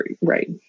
right